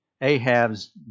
Ahab's